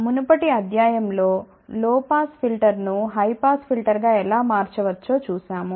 మునుపటి అధ్యాయం లో లో పాస్ ఫిల్టర్ను హై పాస్ ఫిల్టర్గా ఎలా మార్చవచ్చో చూశాము